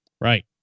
Right